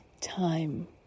time